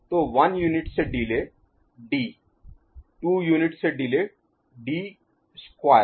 तो 1 यूनिट से delay d 2 unit से डिले - dd - d स्क्वायर